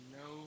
no